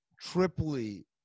triply